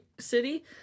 City